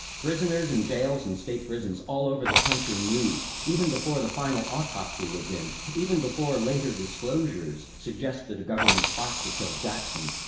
prisoners in jails and state prisons all over the country knew, even before the final autopsy was in, even before later disclosures suggested a government plot to kill jackson,